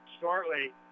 shortly